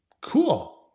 Cool